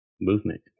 movement